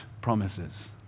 promises